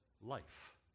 life